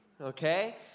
okay